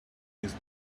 his